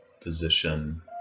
position